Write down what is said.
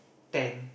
ten